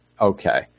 okay